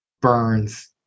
Burns